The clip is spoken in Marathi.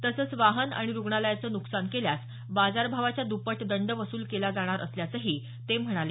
तसंच वाहन आणि रुग्णालयाचं नुकसान केल्यास बाजारभावाच्या दप्पट दंड वसूल केला जाणार असल्याचंही ते म्हणाले